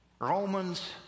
Romans